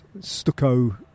stucco